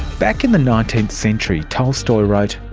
back in the nineteenth century, tolstoy wrote,